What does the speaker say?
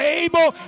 able